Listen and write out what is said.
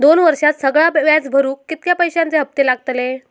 दोन वर्षात सगळा व्याज भरुक कितक्या पैश्यांचे हप्ते लागतले?